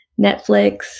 Netflix